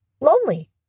lonely